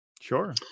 Sure